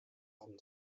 haben